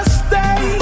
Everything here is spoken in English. stay